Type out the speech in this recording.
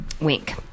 Wink